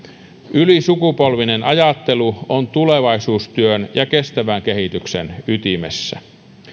ylisukupolvinen ajattelu on tulevaisuustyön ja kestävän kehityksen ytimessä